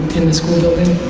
in the school